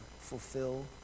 fulfill